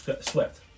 swept